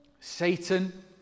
Satan